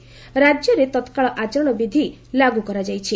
ରାକ୍ୟରେ ତତ୍କାଳ ଆଚରଣ ବିଧି ଲାଗୁ କରାଯାଇଛି